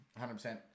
100%